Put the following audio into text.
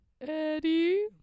Eddie